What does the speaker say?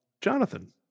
Jonathan